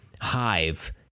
hive